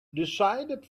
decided